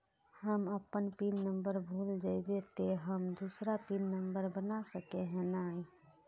हम अपन PIN number भूल जयबे ते हम दूसरा पिन नंबर बना सके है नय?